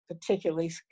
particularly